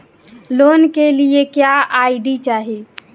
Loan के लिए क्या आई.डी चाही?